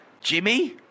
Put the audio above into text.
Jimmy